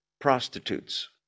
prostitutes